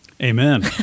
amen